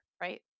Right